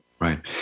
Right